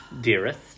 Dearest